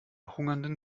hungernden